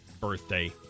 birthday